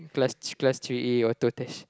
class thr~ class three A or